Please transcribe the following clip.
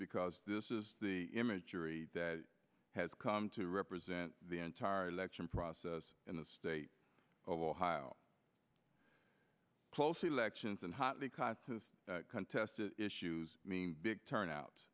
because this is the image that has come to represent the entire election process in the state of ohio close elections and hotly contest contested issues mean big turnout